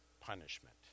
punishment